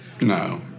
No